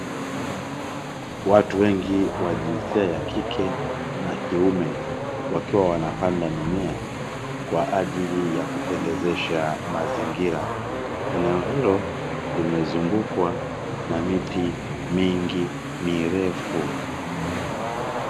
Watu wengi wa jinsia ya kike na kiume wakiwa wanapanda mimea kwa ajili yakupendezesha mazingira. Eneo hilo limezungukwa na miti mingi mirefu.